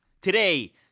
Today